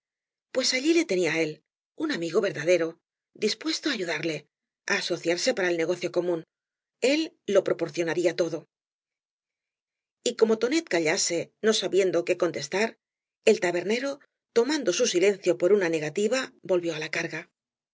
pues allí le tenía á él un amigo verdadero dispuesto á ayudarle á asociarse para el negocio común el lo proporcionaría todo y como tonet callase no sabiendo qué conteetar el tabernero tomando su silencio por una negativa volvió á la carga